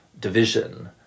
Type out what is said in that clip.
division